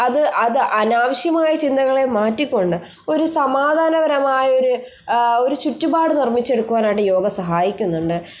അത് അത് അനാവശ്യമായ ചിന്തകളെ മാറ്റിക്കൊണ്ട് ഒരു സമാധാനപരമായി ഒരു ഒരു ചുറ്റുപാട് നിർമ്മിച്ചെടുക്കുവാനായിട്ട് യോഗ സഹായിക്കുന്നുണ്ട്